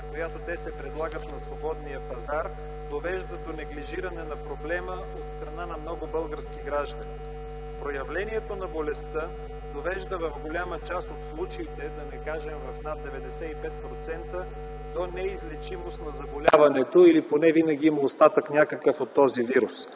която те се предлагат на свободния пазар, довежда до неглижиране на проблема от страна на много български граждани. Проявлението на болестта довежда в голяма част от случаите, да не кажем в над 95%, до неизлечимост на заболяването или поне винаги има някакъв остатък от този вирус.